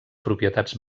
propietats